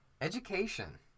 education